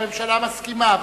הממשלה מסכימה,